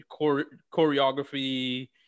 choreography